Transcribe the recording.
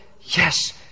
Yes